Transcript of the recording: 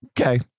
Okay